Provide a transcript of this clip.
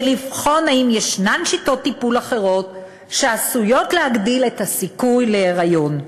לבחון אם יש שיטות טיפול אחרות שעשויות להגדיל את הסיכוי להיריון.